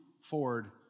forward